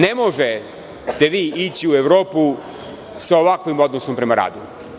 Ne možete vi ići u Evropu sa ovakvim odnosom prema radu.